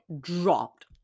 dropped